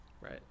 right